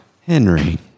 Henry